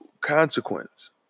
consequence